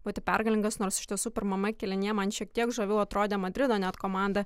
būti pergalingas nors iš tiesų pirmame kėlinyje man šiek tiek žaviau atrodė madrido net komanda